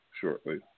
shortly